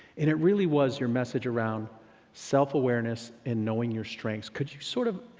and it really was your message around self awareness and knowing your strengths. could you sort of,